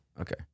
Okay